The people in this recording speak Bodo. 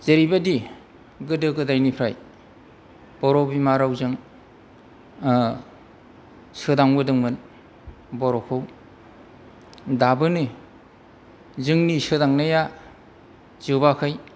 जेरैबायदि गोदो गोदायनिफ्राय बर' बिमा रावजों सोदांबोदोंमोन बर'खौ दाबोनो जोंनि सोदांनाया जोबाखै